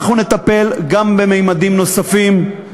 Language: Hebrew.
אנחנו נטפל גם בממדים נוספים,